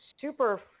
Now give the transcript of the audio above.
super